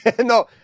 no